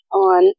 on